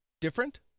different